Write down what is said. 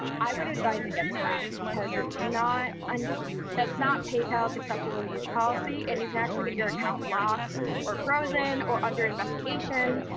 i would advise against that, because it's not. and that's not paypal, it's acceptable use policy and you can actually get your account locked or frozen or under investigation.